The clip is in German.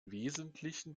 wesentlichen